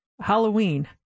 halloween